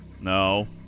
No